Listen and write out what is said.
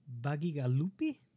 Bagigalupi